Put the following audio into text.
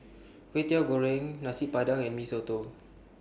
Kwetiau Goreng Nasi Padang and Mee Soto